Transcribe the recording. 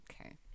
okay